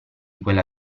quella